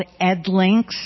EdLinks